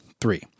Three